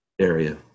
area